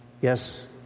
Yes